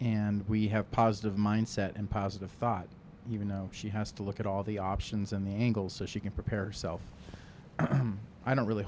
and we have positive mindset and positive thought you know she has to look at all the options in the angle so she can prepare herself i don't really